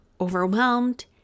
overwhelmed